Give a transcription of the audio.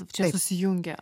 čia susijungia